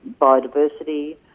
biodiversity